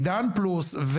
עידן פלוס,